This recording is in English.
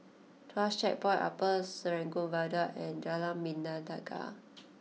Tuas Checkpoint Upper Serangoon Viaduct and Jalan Bintang Tiga